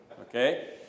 Okay